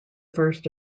first